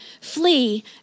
flee